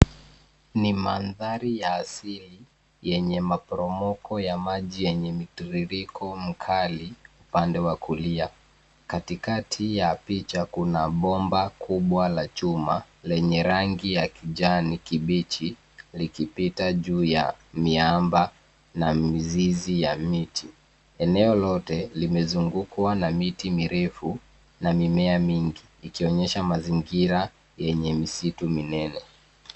Ni mandhari ya asili yenye maporomoko ya maji yenye mitiririko mkali upande wa kulia. Katikati ya picha kuna bomba kubwa la chuma lenye rangi ya kijani kibichi likipita juu ya miamba na mizizi ya miti. Eneo lote limezungukwa na miti mirefu na mimea mingi ikionyesha mazingira yenye misitu minene.